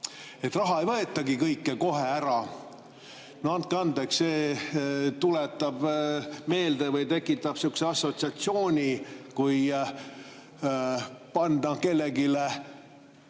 raha ei võetagi kõike kohe ära. No andke andeks, see tuletab meelde või tekitab sihukese assotsiatsiooni, kui panna kellelegi